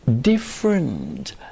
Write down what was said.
Different